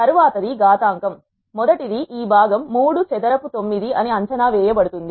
తరువాత ది ఘాతాంకం మొదటిది ఈ భాగం 3 చదరపు 9 అని అంచనా వేయ బడుతుంది